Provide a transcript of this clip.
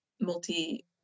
multi